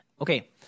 Okay